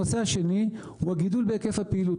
הנושא השני הוא הגידול בהיקף הפעילות.